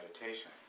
meditation